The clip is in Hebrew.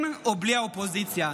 עם או בלי האופוזיציה.